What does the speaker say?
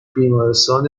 بیمارستان